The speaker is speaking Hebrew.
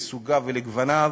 לסוגיו ולגווניו,